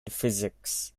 physics